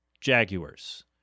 Jaguars